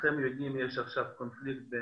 חברים, אנחנו נשמח לקבל את